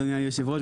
אדוני היושב-ראש,